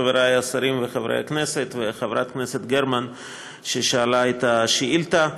חברי השרים וחברי הכנסת וחברת הכנסת גרמן ששאלה את השאילתה,